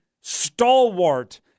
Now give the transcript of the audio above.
stalwart